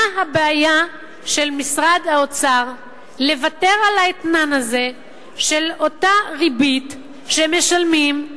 מה הבעיה של משרד האוצר לוותר על האתנן הזה של אותה ריבית שמשלמים,